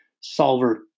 solver